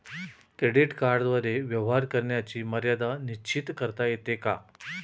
Credit कार्डद्वारे व्यवहार करण्याची मर्यादा निश्चित करता येते का?